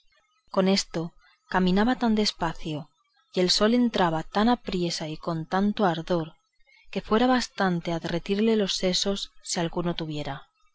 con esto caminaba tan despacio y el sol entraba tan apriesa y con tanto ardor que fuera bastante a derretirle los sesos si algunos tuviera